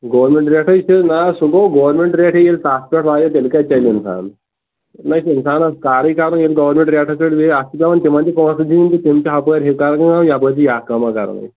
government ریٹٕے چھےٚ نا سُہ گوٚو گورمنٹ ریٹٕے ییٚلہِ تتھ پیٚٹھ واتو تیٚلہِ کتہِ چلہِ انسان تیٚلہِ نے چھُ انسانس کارٕے کرُن ییٚلہِ گورمنٹ ریٹس پیٚٹھ بیٚہہِ اتھ چھِ پیٚوان تِمن تہِ پۄنٛسہٕ دِنۍ تِم تہِ ہُپٲرۍ یہِ کٲماہ کران یپٲرۍ چھِ یہِ کٲماہ کران